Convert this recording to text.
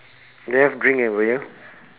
do you have drink with you